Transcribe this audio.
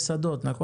נכון?